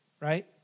right